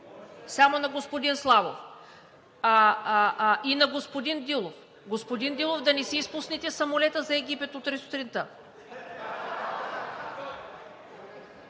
Само на господин Славов и на господин Дилов. Господин Дилов, да не си изпуснете самолета за Египет утре сутринта?